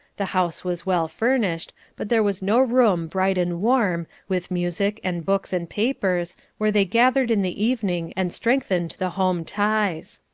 the house was well furnished, but there was no room bright and warm, with music and books and papers, where they gathered in the evening and strengthened the home ties.